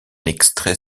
extrait